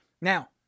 Now